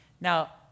Now